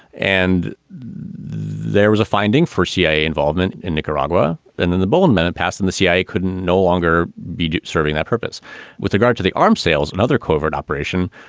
and there was a finding for cia involvement in nicaragua. and then the bulan minute passed and the cia could no longer be serving that purpose with regard to the arms sales and other covert operation.